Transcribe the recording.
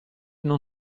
non